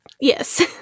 Yes